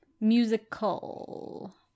Musical